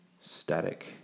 static